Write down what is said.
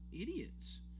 idiots